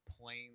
plain